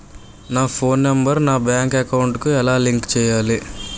నా phone number నా bank account కి ఎలా లింక్ చేయాలి?